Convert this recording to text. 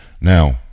Now